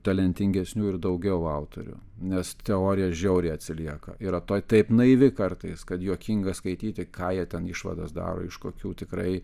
talentingesnių ir daugiau autorių nes teorija žiauriai atsilieka yra tuoj taip naivi kartais kad juokinga skaityti ką jie ten išvadas daro iš kokių tikrai